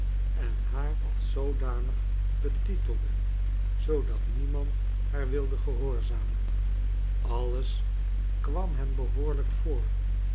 en haar als zoodanig betitelde zoodat niemand haar wilde gehoorzamen alles kwam hem behoorlijk voor